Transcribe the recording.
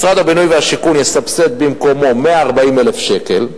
משרד הבינוי והשיכון יסבסד במקומו 140,000 שקל.